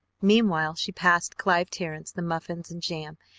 meanwhile she passed clive terrence the muffins and jam,